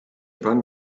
pan